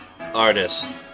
Artist